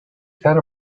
thought